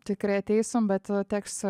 tikrai ateisim bet teks